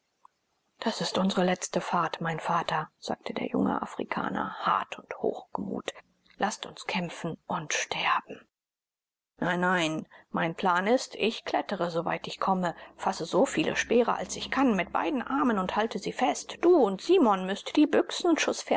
es ist unsre letzte fahrt mein vater sagte der junge afrikaner hart und hochgemut laßt uns kämpfen und sterben nein nein mein plan ist ich klettere soweit ich komme fasse so viele speere als ich kann mit beiden armen und halte sie fest du und simon müßt die büchsen